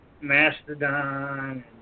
Mastodon